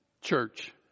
church